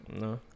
no